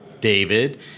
David